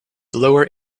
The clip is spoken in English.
lower